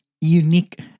unique